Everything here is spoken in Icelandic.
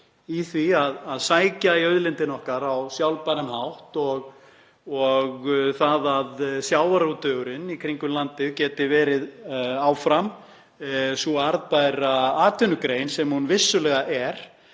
í því að sækja í auðlindina okkar á sjálfbæran hátt og það að sjávarútvegurinn í kringum landið geti áfram verið sú arðbæra atvinnugrein sem hann vissulega er.